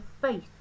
faith